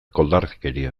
koldarkeria